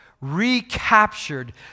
recaptured